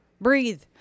breathe